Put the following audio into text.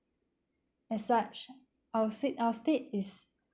as such our said our state is